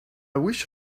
wish